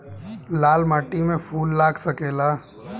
लाल माटी में फूल लाग सकेला?